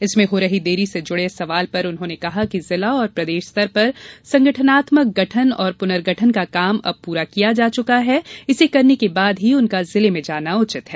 इसमें हो रही देरी से जुड़े सवाल पर उन्होंने कहा कि जिला व प्रदेश स्तर पर संगठनात्मक गठन और पुनर्गठन का काम अब पूरा किया जा चुका है इसे करने के बाद ही उनका जिले में जाना उचित है